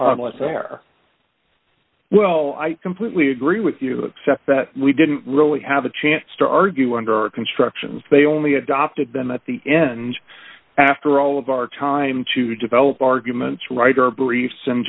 harmless air well i completely agree with you except that we didn't really have a chance to argue under constructions they only adopted them at the end after all of our time to develop arguments right or briefs and